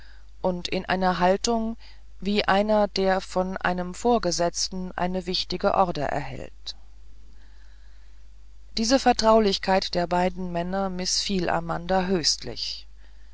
und in einer haltung wie einer der von seinem vorgesetzten eine wichtige order erhält diese vertraulichkeit der beiden männer mißfiel amanda